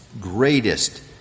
greatest